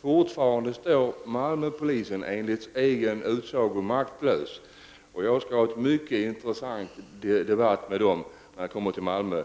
Fortfarande står Malmöpolisen enligt egen utsago maktlös. Jag skall föra en mycket intressant debatt med poliserna när jag kommer tillbaka till Malmö.